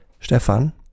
Stefan